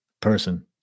person